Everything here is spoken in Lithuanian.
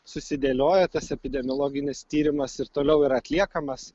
susidėlioję tas epidemiologinis tyrimas ir toliau ir atliekamas